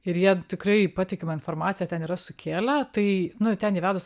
ir jie tikrai patikimą informaciją ten yra sukėlę tai nu ten įvedus